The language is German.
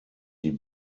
die